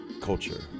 culture